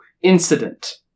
incident